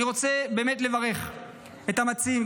אני רוצה באמת לברך את המציעים,